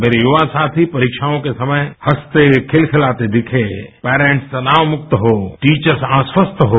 मेरे युवा साथी परीक्षाओं के समय हंसते खिलखिलाते दिखें पेरेंट्स तनाव मुक्त हों टीचर्स आश्वस्त हों